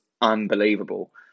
unbelievable